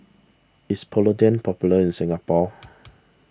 is Polident popular in Singapore